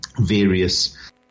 various